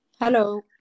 Hello